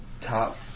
top